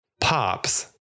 pops